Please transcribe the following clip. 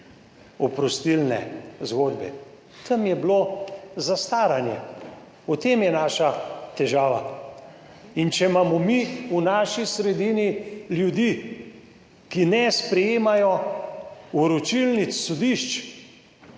oprostilne zgodbe, tam je bilo zastaranje. V tem je naša težava. In če imamo mi v naši sredini ljudi, ki ne sprejemajo vročilnic sodišč,